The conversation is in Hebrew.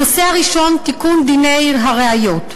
הנושא הראשון: תיקון דיני הראיות.